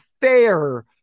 fair